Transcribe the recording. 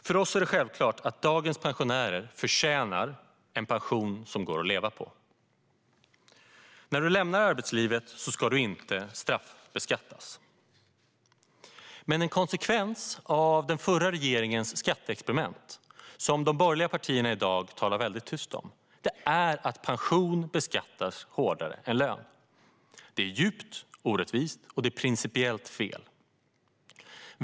För oss är det självklart att dagens pensionärer förtjänar en pension som går att leva på. När man lämnar arbetslivet ska man inte straffbeskattas. Men en konsekvens av den förra regeringens skatteexperiment, som de borgerliga partierna i dag talar väldigt tyst om, är att pension beskattas hårdare än lön. Det är djupt orättvist och principiellt fel.